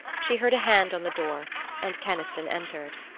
she heard a hand on the door and keniston entered.